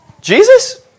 Jesus